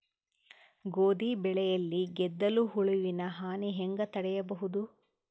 ಗೋಧಿ ಬೆಳೆಯಲ್ಲಿ ಗೆದ್ದಲು ಹುಳುವಿನ ಹಾನಿ ಹೆಂಗ ತಡೆಬಹುದು?